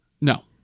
No